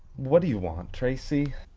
what do you want tracy?